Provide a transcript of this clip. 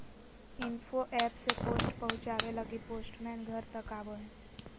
info app से post पहुचावे लगी पोस्टमैन घर तक आवो हय